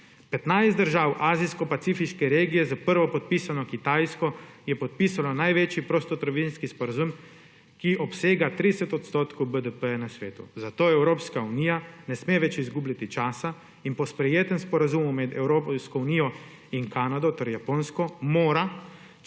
15 držav azijsko-pacifiške regije s prvopodpisano Kitajsko je podpisalo največji prostotrgovinski sporazum, ki obsega 30 % BDP na svetu, zato Evropska unija ne sme več izgubljati časa in mora po sprejetem sporazumu med Evropsko unijo in Kanado ter Japonsko čim